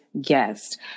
guest